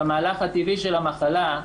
את המהלך הטבעי של המחלה,